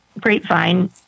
grapevine